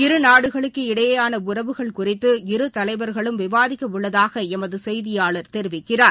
இரு நாடுகளுக்கு இடையேயான உறவுகள் குறித்து இரு தலைவர்களும் விவாதிக்க உள்ளதாக எமது செய்தியாளர் தெரிவிக்கிறார்